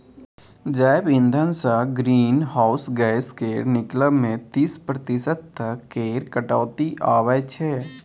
जैब इंधनसँ greenhouse gas केर निकलब मे तीस प्रतिशत तक केर कटौती आबय छै